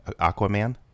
Aquaman